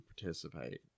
participate